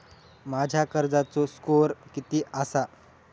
माझ्या कर्जाचो स्कोअर किती आसा?